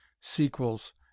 sequels